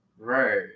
right